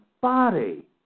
body